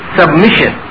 submission